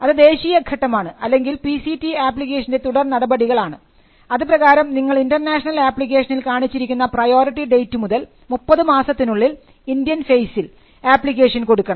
അത് ദേശീയ ഘട്ടം ആണ് അല്ലെങ്കിൽ പി സി ടി ആപ്ലിക്കേഷൻറെ തുടർ നടപടികൾ ആണ് അതുപ്രകാരം നിങ്ങൾ ഇൻറർനാഷണൽ ആപ്ലിക്കേഷനിൽ കാണിച്ചിരിക്കുന്ന പ്രയോറിറ്റി ഡേറ്റ് മുതൽ 30 മാസത്തിനുള്ളിൽ ഇന്ത്യൻ ഫെയ്സിൽ ആപ്ലിക്കേഷൻ കൊടുക്കണം